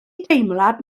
deimlad